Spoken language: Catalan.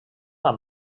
amb